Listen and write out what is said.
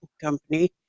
company